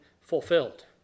fulfilled